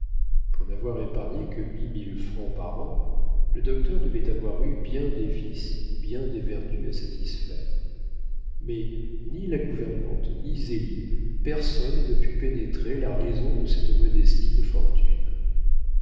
pour n'avoir épargné que huit mille francs par an le docteur devait avoir eu bien des vices ou bien des vertus à satisfaire mais ni la gouvernante ni zélie personne ne put pénétrer la raison de cette modestie de fortune